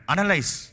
Analyze